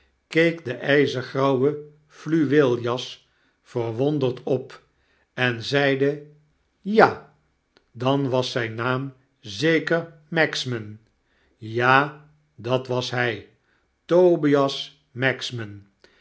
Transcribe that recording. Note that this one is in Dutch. keek de yzergrauwe fluweeljas verwonderd op en zeide ja dan was zijn naam zeker magsman ja dat was hy tobias